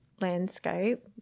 landscape